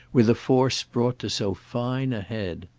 with a force brought to so fine a head.